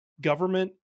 government